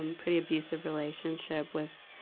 um pretty abusive relationship with,